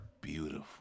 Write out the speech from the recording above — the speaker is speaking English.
beautiful